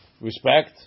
respect